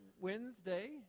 Wednesday